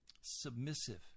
submissive